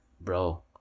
Bro